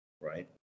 right